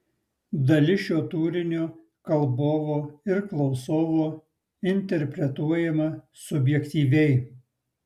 dalis šio turinio kalbovo ir klausovo interpretuojama subjektyviai